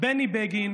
בני בגין,